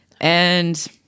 And-